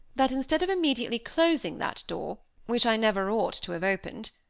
that instead of immediately closing that door, which i never ought to have opened,